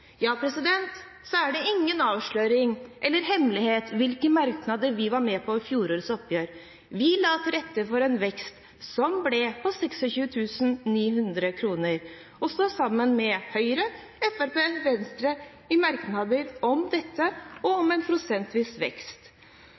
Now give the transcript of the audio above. Så er det ingen avsløring eller hemmelighet hvilke merknader vi var med på i fjorårets oppgjør. Vi la til rette for en vekst som ble på 26 900 kr, og står sammen med Høyre, Fremskrittspartiet og Venstre i merknader om dette og om en prosentvis vekst.